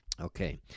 Okay